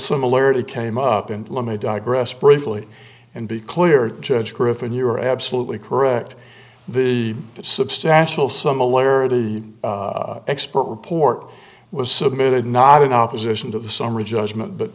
similarity came up and let me digress briefly and be clear judge griffin you are absolutely correct the substantial similarity expert report was submitted not in opposition to the summary judgment but